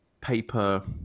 paper